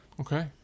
Okay